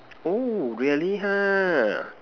oh really ha